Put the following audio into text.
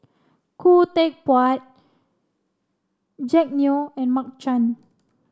Khoo Teck Puat Jack Neo and Mark Chan